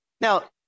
Now